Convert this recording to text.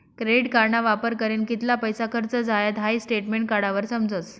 credit कार्डना वापर करीन कित्ला पैसा खर्च झायात हाई स्टेटमेंट काढावर समजस